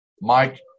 Mike